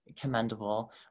commendable